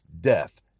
death